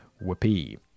whoopee